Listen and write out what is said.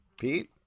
Pete